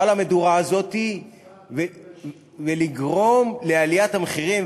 על המדורה הזאת ולגרום לעליית המחירים,